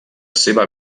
seva